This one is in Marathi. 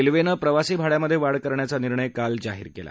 रेल्वेनं प्रवासी भाङ्यामध्ये वाढ करण्याचा निर्णय काल जाहीर केला